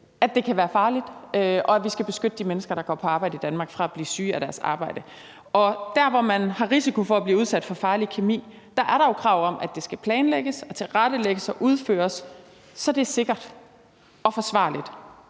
at det kan være farligt, og at vi skal beskytte de mennesker, der går på arbejde i Danmark, mod at blive syge af deres arbejde. Og der, hvor man har risiko for at blive udsat for farlig kemi, er der jo krav om, at det skal planlægges, tilrettelægges og udføres, så det er sikkert og forsvarligt,